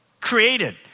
Created